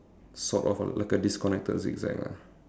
short of ah like a disconnected zigzag ah